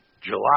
July